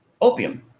opium